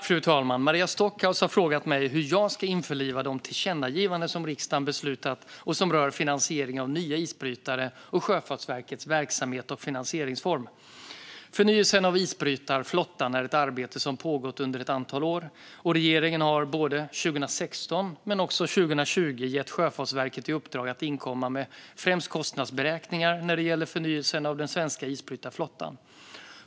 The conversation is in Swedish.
Fru talman! Maria Stockhaus har frågat mig hur jag ska införliva de tillkännagivanden som riksdagen beslutat rörande finansiering av nya isbrytare och Sjöfartsverkets verksamhets och finansieringsform. Förnyelsen av isbrytarflottan är ett arbete som pågått under ett antal år. Regeringen har både 2016 och 2020 gett Sjöfartsverket i uppdrag att inkomma med främst kostnadsberäkningar när det gäller förnyelsen av den svenska isbrytarflottan.